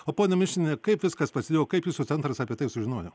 o ponia mišiniene kaip viskas prasidėjo kaip jūsų centras apie tai sužinojo